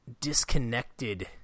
disconnected